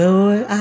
Lord